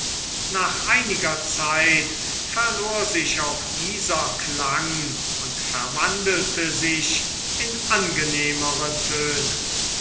nach einiger zeit verlor sich auch dieser klang und verwandelte sich in angenehmere töne